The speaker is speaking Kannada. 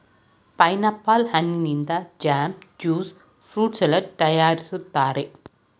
ಪೈನಾಪಲ್ ಹಣ್ಣಿನಿಂದ ಜಾಮ್, ಜ್ಯೂಸ್ ಫ್ರೂಟ್ ಸಲಡ್ ತರಯಾರಿಸ್ತರೆ